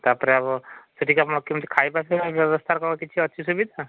ତାପରେ ସେଠିକି ଆପଣ କେମିତି ଖାଇବା ପିଇବା ବ୍ୟବସ୍ଥାର କ'ଣ କିଛି ଅଛି ସୁବିଧା